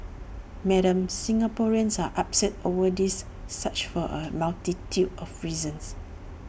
Madam Singaporeans are upset over this saga for A multitude of reasons